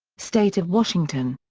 state of washington.